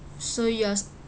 so you are